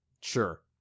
Sure